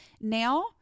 now